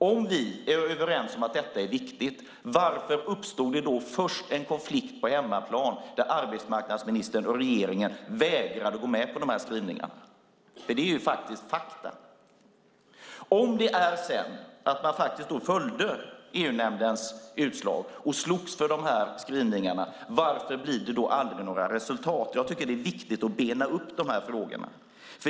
Om vi är överens om att detta är viktigt, varför uppstod det först en konflikt på hemmaplan där arbetsmarknadsministern och regeringen vägrade att gå med på de här skrivningarna? Det är fakta. Om man sedan följde EU-nämndens utslag och slogs för de här skrivningarna, varför blir det då aldrig några resultat? Jag tycker att det är viktigt att bena upp de här frågorna.